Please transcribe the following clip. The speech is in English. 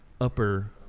Upper